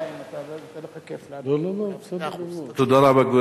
תודה רבה.